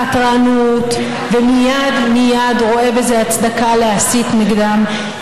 חתרנות, ומייד מייד רואה בזה הצדקה להסית נגדם.